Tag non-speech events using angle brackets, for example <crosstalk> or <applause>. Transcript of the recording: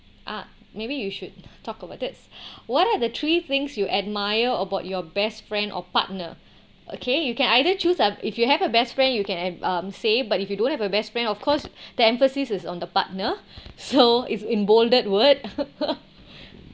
ah maybe you should talk about this <breath> what are the three things you admire about your best friend or partner okay you can either choose up if you have a best friend you can and um say but if you don't have a best friend of course <breath> the emphasis is on the partner <breath> so it's in bolded word <laughs>